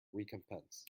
recompense